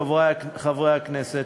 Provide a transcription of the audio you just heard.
חברי הכנסת,